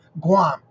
Guam